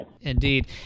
Indeed